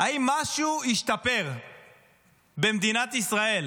האם משהו השתפר במדינת ישראל